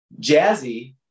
Jazzy